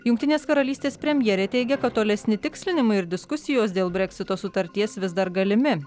jungtinės karalystės premjerė teigia kad tolesni tikslinimai ir diskusijos dėl breksito sutarties vis dar galimi